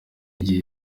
igihe